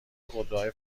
خودروهای